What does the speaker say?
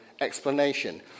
explanation